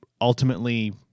ultimately